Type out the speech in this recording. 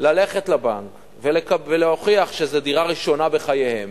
ללכת לבנק ולהוכיח שזו דירה ראשונה בחייהם,